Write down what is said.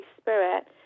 Spirit